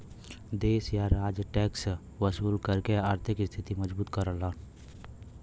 देश या राज्य टैक्स वसूल करके आर्थिक स्थिति मजबूत करलन